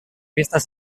vistes